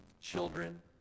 children